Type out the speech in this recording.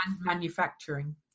manufacturing